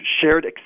shared